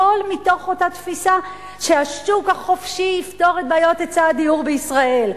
הכול מתוך אותה תפיסה שהשוק החופשי יפתור את בעיות היצע הדיור בישראל.